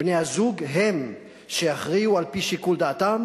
בני-הזוג הם שיכריעו על-פי שיקול דעתם